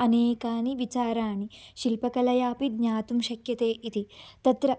अनेके विचाराः शिल्पकलया अपि ज्ञातुं शक्यन्ते इति तत्र